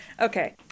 Okay